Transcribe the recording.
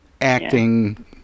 acting